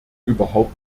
überhaupt